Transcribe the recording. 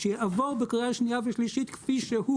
שיעבור בקריאה השנייה והשלישית כפי שהוא